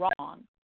wrong